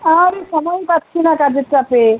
আরে সময়ই পাচ্ছি না কাজের চাপে